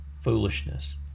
foolishness